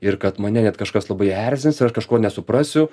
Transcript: ir kad mane net kažkas labai erzins ir aš kažko nesuprasiu